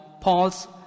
Paul's